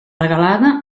regalada